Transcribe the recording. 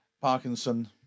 Parkinson